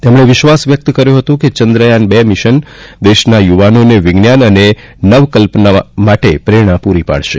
તેમણે વિશ્વાસ વ્યકત કર્યો હતો કે ચંદ્રયાન ર મિશન દેશના યુવાનોને વિજ્ઞાન અને નવકલ્પના માટે પ્રેરણા પુરી પાડશે